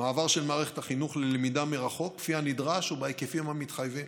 מעבר של מערכת החינוך ללמידה מרחוק כפי הנדרש ובהיקפים המתחייבים,